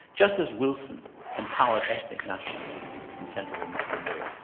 just as wilson empowered ethnic nationalism in central and eastern europe.